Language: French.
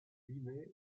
binet